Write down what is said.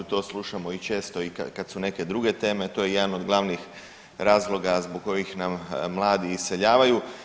To slušamo i često kad su neke druge teme, to je jedan od glavnih razloga zbog kojih nam mladi iseljavaju.